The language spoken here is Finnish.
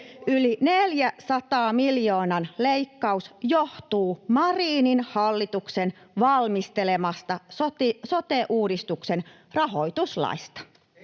Yli 400 miljoonan leikkaus johtuu Marinin hallituksen valmistelemasta sote-uudistuksen rahoituslaista